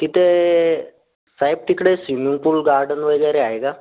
तिथे साहेब तिकडे सीमिंग पूल गार्डन वगैरे आहे का